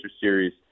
series